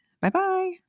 Bye-bye